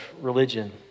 religion